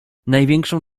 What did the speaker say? największą